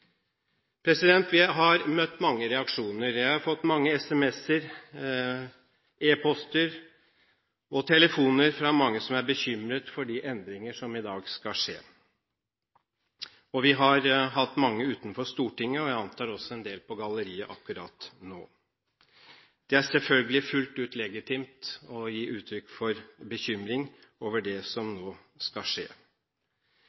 Vi har møtt mange reaksjoner. Jeg har fått mange SMS-er, e-poster og telefoner fra mange som er bekymret for de endringer som i dag skal skje. Vi har også hatt mange utenfor Stortinget, og jeg antar også en del på galleriet akkurat nå. Det er selvfølgelig fullt ut legitimt å gi uttrykk for bekymring over det som